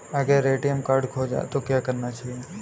अगर ATM card खो जाए तो क्या करना चाहिए?